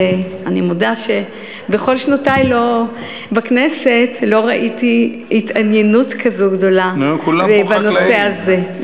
ואני מודה שבכל שנותי בכנסת לא ראיתי התעניינות כזו גדולה בנושא הזה.